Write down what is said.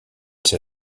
ser